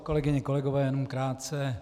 Kolegyně, kolegové, jenom krátce.